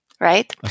right